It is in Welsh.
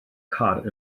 car